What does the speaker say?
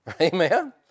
Amen